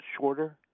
shorter